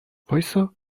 وایستا